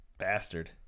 Bastard